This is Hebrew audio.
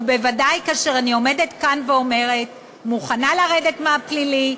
ובוודאי כאשר אני עומדת כאן ואומרת: מוכנה לרדת מהפלילי,